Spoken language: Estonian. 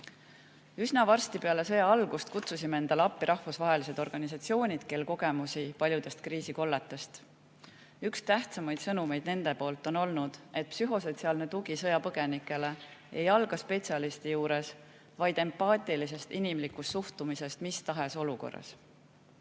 Üsna varsti peale sõja algust kutsusime endale appi rahvusvahelised organisatsioonid, kel on kogemusi paljudest kriisikolletest. Üks tähtsaimaid sõnumeid nende poolt on olnud, et psühhosotsiaalne tugi sõjapõgenikele ei alga spetsialisti juures, vaid empaatilisusest, inimlikust suhtumisest mis tahes olukorras.